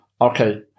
Okay